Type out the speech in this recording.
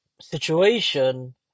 situation